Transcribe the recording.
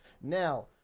Now